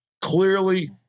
clearly